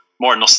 more